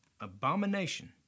abomination